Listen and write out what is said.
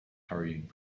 hurrying